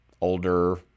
older